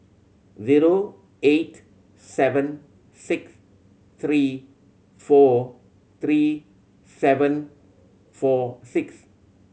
zero eight seven six three four three seven four six